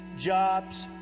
jobs